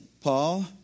Paul